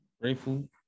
Grateful